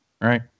right